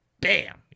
bam